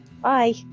Bye